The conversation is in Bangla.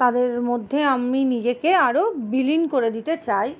তাদের মধ্যে আমি নিজেকে আরও বিলীন করে দিতে চাই